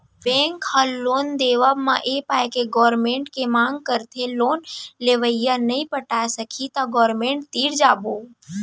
bank ह loan देवब म ए पाय के गारेंटर के मांग करथे लोन लेवइया नइ पटाय सकही त गारेंटर तीर जाबो